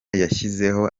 yashyizeho